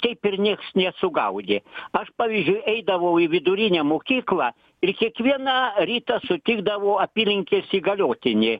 taip ir nieks nesugaudė aš pavyzdžiui eidavau į vidurinę mokyklą ir kiekvieną rytą sutikdavau apylinkės įgaliotinį